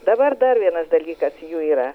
dabar dar vienas dalykas jų yra